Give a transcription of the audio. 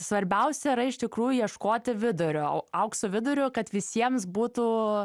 svarbiausia yra iš tikrųjų ieškoti vidurio aukso vidurio kad visiems būtų